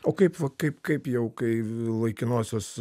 o kaip va kaip kaip jau kai laikinosios